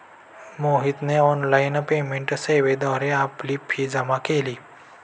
मोहितने online payment सेवेद्वारे आपली फी जमा केली